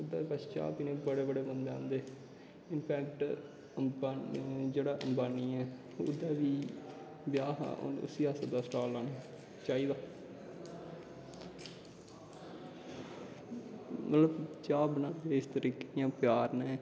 ओह्दै श च्हा पीनें गी बड़े बड़े बंदे आंदे जेह्ड़ा अम्बानी ऐ ओह्दे बी ब्याह् हा उसी सद्दे दा स्टॉल लाने गी चाही दा मतलव चाह् बनादें इक तरीके प्यार नै